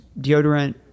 deodorant